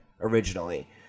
originally